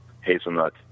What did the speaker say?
hazelnut